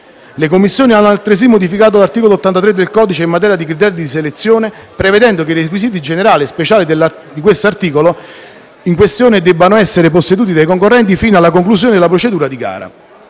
Le Commissioni hanno altresì modificato l'articolo 83 del codice, in materia di criteri di selezione, prevedendo che i requisiti generali e speciali di cui all'articolo in questione debbano essere posseduti dai concorrenti fino alla conclusione della procedura di gara.